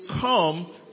come